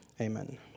Amen